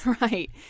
Right